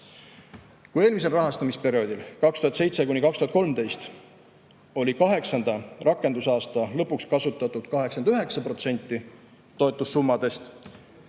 Kui eelmisel rahastamisperioodil – 2007–2013 – oli kaheksanda rakendusaasta lõpuks kasutatud 89% toetussummadest,